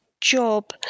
job